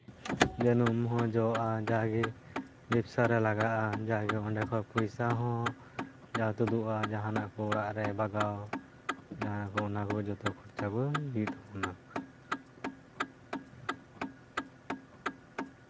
ᱡᱟᱹᱱᱩᱢ ᱦᱚᱸ ᱡᱚᱜᱼᱟ ᱡᱟᱜᱮ ᱵᱮᱵᱽᱥᱟ ᱨᱮ ᱞᱟᱜᱟᱜᱼᱟ ᱡᱟᱜᱮ ᱚᱸᱰᱮ ᱠᱷᱚᱱ ᱡᱟᱜᱮ ᱯᱚᱭᱥᱟ ᱦᱚᱸ ᱡᱟ ᱛᱩᱫᱩᱜᱼᱟ ᱡᱟᱦᱟᱱᱟᱜ ᱠᱚ ᱚᱲᱟᱜ ᱨᱮ ᱵᱟᱜᱟᱣ ᱡᱟᱦᱟᱸ ᱠᱚ ᱚᱱᱟ ᱠᱚ ᱡᱚᱛᱚ ᱠᱷᱚᱨᱪᱟ ᱠᱚ ᱦᱩᱭᱩᱜ ᱛᱟᱵᱚᱱᱟ